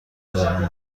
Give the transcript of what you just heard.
برای